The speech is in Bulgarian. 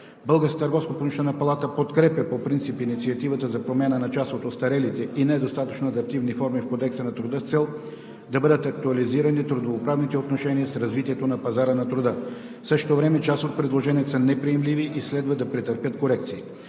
Българската търговско-промишлена палата подкрепя по принцип инициативата за промяна на част от остарелите и недостатъчно адаптивни норми в Кодекса на труда с цел да бъдат актуализирани трудовоправните отношения с развитието на пазара на труда. В същото време част от предложенията са неприемливи и следва да претърпят корекции.